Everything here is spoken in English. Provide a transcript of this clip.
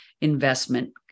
investment